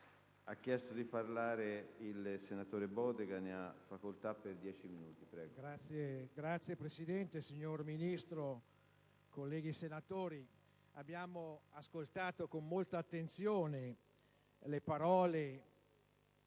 Signor Presidente, signor Ministro, colleghi senatori, abbiamo ascoltato con molta attenzione le parole